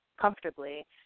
comfortably